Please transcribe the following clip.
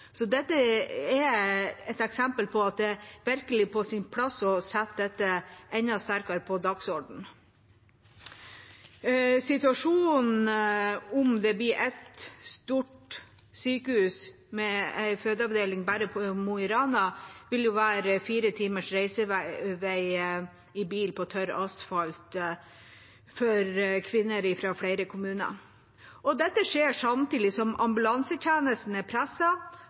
er et eksempel på at det virkelig er på sin plass å sette dette enda sterkere på dagsordenen. Situasjonen om det blir ett stort sykehus med en fødeavdeling bare i Mo i Rana, vil for kvinner fra flere kommuner være fire timers reisevei i bil på tørr asfalt.